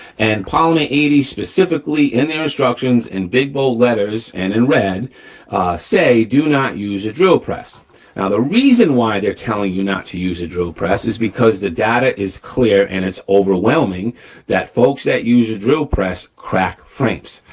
and polymer eighty specifically in their instructions in big, bold letters and in red say, do not use a drill press. now the reason why they're telling you not to use a drill press is because the data is clear and it's overwhelming that folks that use a drill press crack frames,